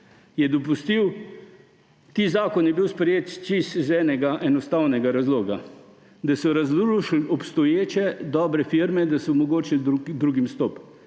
Tisti zakon je bil sprejet čisto iz enega enostavnega razloga. Da so razrušili obstoječe dobre firme, da so omogočili drugim vstop;